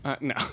No